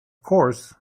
course